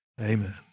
Amen